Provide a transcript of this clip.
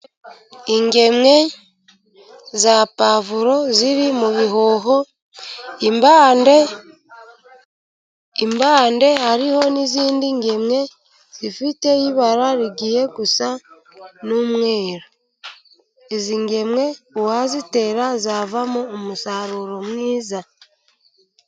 Ingemwe za puwavuro ziri mu bihoho, impande hariho n'izindi ngemwe zifite ibara rigiye gusa n'umweru, izi ngemwe uwazitera zavamo umusaruro mwiza.